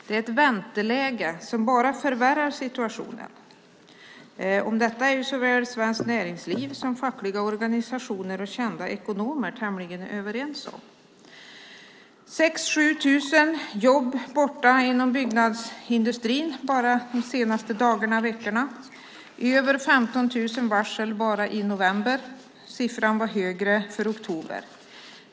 Det är ett vänteläge som bara förvärrar situationen. Om detta är såväl Svenskt Näringsliv som fackliga organisationer och kända ekonomer tämligen överens. 6 000-7 000 jobb är borta inom byggnadsindustrin bara de senaste dagarna och veckorna. Det var över 15 000 varsel bara i november. Siffran var högre i oktober.